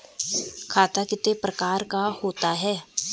खाता कितने प्रकार का होता है?